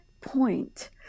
point